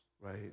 right